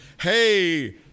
hey